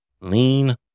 Lean